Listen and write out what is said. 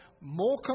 more